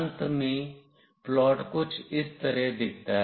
अंत में प्लॉट कुछ इस तरह दिखता है